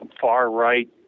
far-right